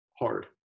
hard